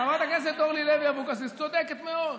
חברת הכנסת אורלי לוי אבקסיס צודקת מאוד.